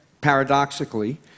paradoxically